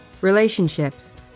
Relationships